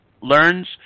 learns